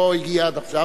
לא הגיע עד עכשיו,